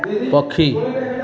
ପକ୍ଷୀ